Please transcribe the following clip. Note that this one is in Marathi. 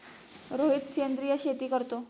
रोहित सेंद्रिय शेती करतो